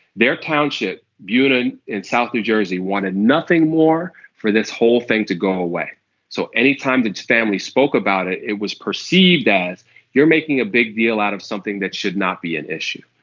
their township beauty in south new jersey wanted nothing more for this whole thing to go away so any time the family spoke about it it was perceived as you're making a big deal out of something that should not be an issue.